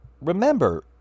remember